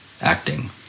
acting